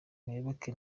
muyoboke